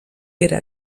era